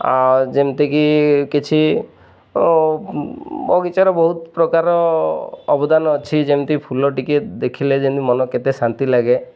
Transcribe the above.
ଆଉ ଯେମିତିକି କିଛି ବଗିଚାର ବହୁତ ପ୍ରକାର ଅବଦାନ ଅଛି ଯେମିତି ଫୁଲ ଟିକେ ଦେଖିଲେ ଯେମିତି ମନ କେତେ ଶାନ୍ତି ଲାଗେ